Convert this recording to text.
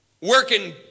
working